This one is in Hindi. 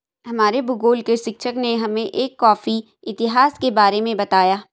हमारे भूगोल के शिक्षक ने हमें एक कॉफी इतिहास के बारे में बताया